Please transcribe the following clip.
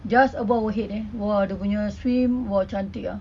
just above our head eh !wah! dia punya swim !wah! cantik ah